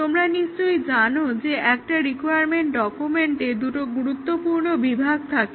তোমরা নিশ্চয়ই জানো যে একটা রিকোয়ারমেন্ট ডকুমেন্টে দুটো গুরুত্বপূর্ণ বিভাগ থাকে